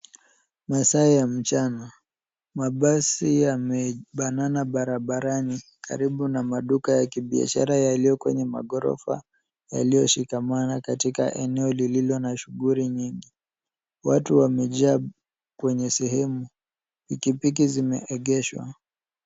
Masaa ya mchana. Mabasi yamebanana barabarani karibu na maduka ya kibiashara yaliyo kwenye maghorofa yaliyoshikamana katika eneo lililo na shughuli nyingi. Watu wamejaa kwenye sehemu pikipiki zimeegeshwa.